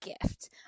gift